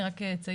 אני רק אציין,